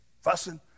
fussing